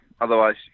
otherwise